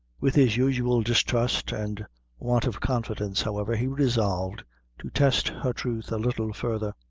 with his usual distrust and want of confidence, however, he resolved to test her truth a little further,